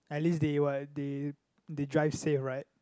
at least they what they they drive safe right